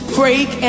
break